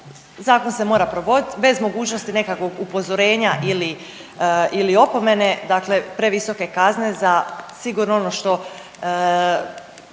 zakon se mora provoditi bez mogućnosti nekakvog upozorenja ili opomene, dakle previsoke kazne za sigurno ono što